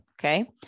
Okay